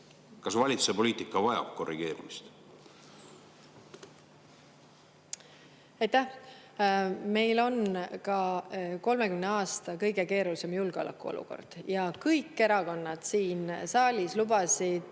Kas valitsuse poliitika vajab korrigeerimist? Aitäh! Meil on ka 30 aasta kõige keerulisem julgeolekuolukord. Kõik erakonnad siin saalis on lubanud